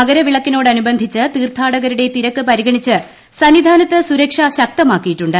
മകരവിളക്കിനോടനുബന്ധിച്ച് തീർത്ഥാടകരുടെ തിരക്ക് പരിഗണിച്ച് സന്നിധാനത്ത് സുരക്ഷ ശക്തമാക്കിയിട്ടുണ്ട്